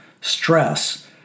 stress